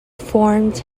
formed